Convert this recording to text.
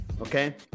okay